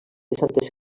santes